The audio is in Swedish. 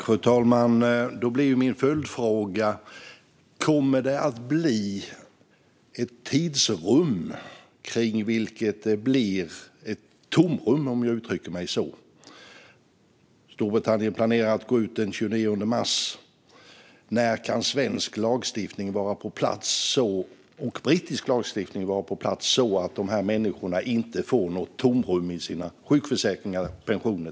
Fru talman! Min följdfråga blir: Kommer det att bli ett tidsrum kring vilket det blir ett tomrum, om jag får uttrycka mig så? Storbritannien planerar ett utträde den 29 mars. När kan svensk respektive brittisk lagstiftning vara på plats så att dessa människor inte får något tomrum i till exempel sina sjukförsäkringar och pensioner?